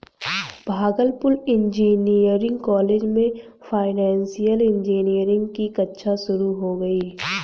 Bhagalpur engineering college में financial engineering की कक्षा शुरू होगी